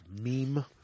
meme